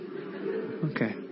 Okay